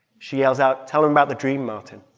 she yells out tell them about the dream, martin.